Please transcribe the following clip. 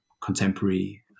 contemporary